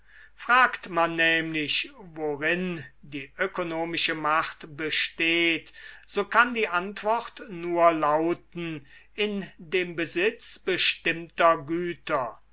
fragt man nämlich worin die ökonomische macht besteht so kann die antwort nur lauten in dem besitz bestimmter güter